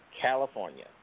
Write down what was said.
California